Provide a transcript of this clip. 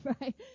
right